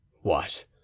What